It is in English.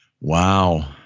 Wow